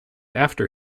after